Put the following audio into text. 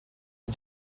lui